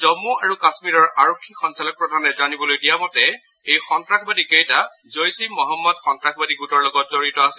জম্মূ আৰু কাশ্মীৰৰ আৰক্ষী সঞ্চালক প্ৰধানে জানিবলৈ দিয়া মতে এই সন্ত্ৰাসবাদীকেইটা জৈচ ই মহম্মদ সন্ত্ৰাসবাদী গোটৰ লগত জড়িত আছিল